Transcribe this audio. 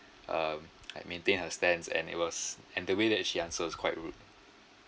um like maintained her stance and it was and the way that she answer was quite rude